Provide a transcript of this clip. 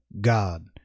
God